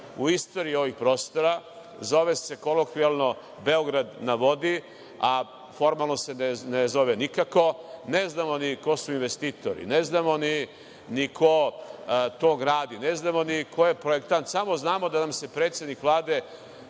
u istoriji ovih prostora, zove se kolokvijalno – Beograd na vodi, a formalno se ne zove nikako. Ne znamo ni ko su investitori, ne znamo ni ko to gradi, ne znamo ni ko je projektant. Samo znamo da nam se predsednik Vlade